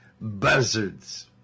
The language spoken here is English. buzzards